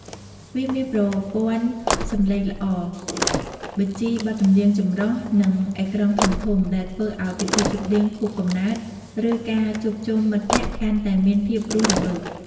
វាមានប្រព័ន្ធសំឡេងល្អ បញ្ជីបទចម្រៀងចម្រុះ និងអេក្រង់ធំៗ ដែលធ្វើឲ្យពិធីជប់លៀងខួបកំណើត ឬការជួបជុំមិត្តភក្តិកាន់តែមានភាពរស់រវើក។